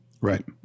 Right